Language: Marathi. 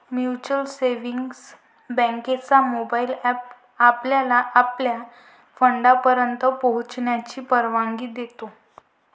म्युच्युअल सेव्हिंग्ज बँकेचा मोबाइल एप आपल्याला आपल्या फंडापर्यंत पोहोचण्याची परवानगी देतो